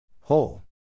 whole